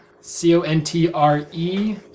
C-O-N-T-R-E